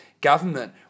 government